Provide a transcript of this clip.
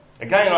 Again